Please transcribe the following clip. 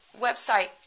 website